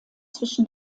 zwischen